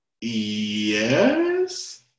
Yes